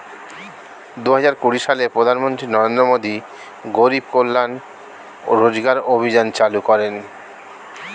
দুহাজার কুড়ি সালে প্রধানমন্ত্রী নরেন্দ্র মোদী গরিব কল্যাণ রোজগার অভিযান চালু করেন